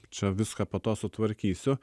čia viską po to sutvarkysiu